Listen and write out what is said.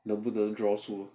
能不能